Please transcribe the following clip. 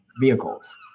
vehicles